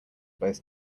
both